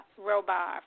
Robar